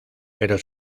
pero